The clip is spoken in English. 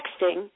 texting